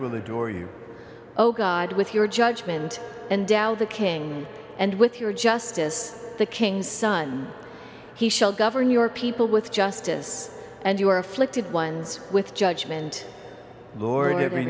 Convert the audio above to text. the door your oh god with your judgment and tao the king and with your justice the king's son he shall govern your people with justice and you are afflicted ones with judgment born every